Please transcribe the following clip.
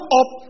up